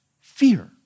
fear